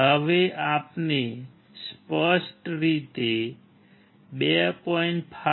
હવે આપણે સ્પષ્ટ રીતે 2